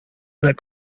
that